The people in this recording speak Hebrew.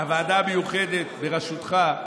הוועדה המיוחדת בראשותך,